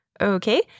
okay